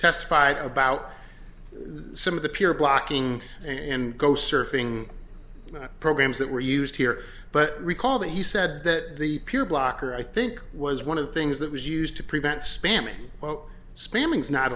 testified about some of the peer blocking and go surfing programs that were used here but recall that he said that the peer blocker i think was one of the things that was used to prevent